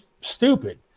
stupid